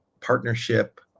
partnership